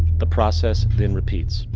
the process then repeats.